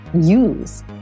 use